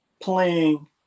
playing